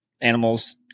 animals